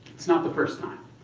it's not the first time.